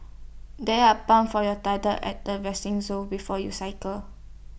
there are pumps for your tyres at the resting zone before you cycle